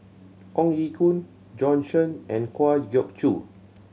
Ong Ye Kung Bjorn Shen and Kwa Geok Choo